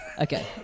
Okay